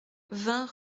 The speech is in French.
vingt